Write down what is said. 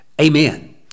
Amen